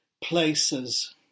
places